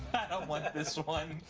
i don't want this so one.